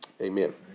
Amen